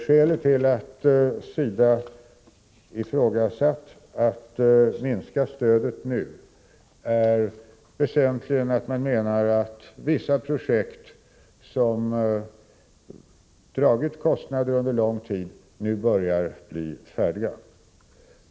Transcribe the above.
Skälet till att SIDA ifrågasatt att nu minska stödet är väsentligen att vissa projekt som dragit kostnader under lång tid nu börjar bli färdiga.